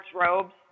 robes